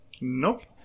Nope